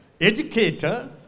Educator